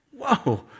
Whoa